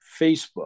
Facebook